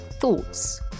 thoughts